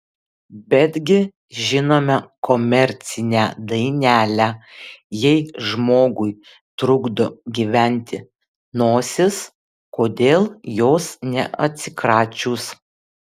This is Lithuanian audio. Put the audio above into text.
betgi žinome komercinę dainelę jei žmogui trukdo gyventi nosis kodėl jos neatsikračius